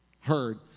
heard